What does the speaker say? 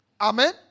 Amen